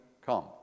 come